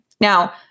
Now